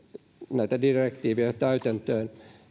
näitä direktiivejä täytäntöön